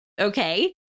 Okay